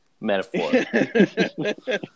metaphor